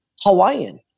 Hawaiian